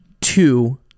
two